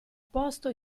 posto